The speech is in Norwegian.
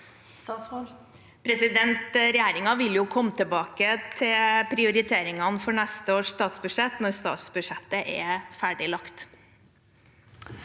Regjeringen vil komme tilbake til prioriteringene for neste års statsbudsjett når statsbudsjettet er ferdig lagt.